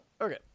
Okay